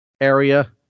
area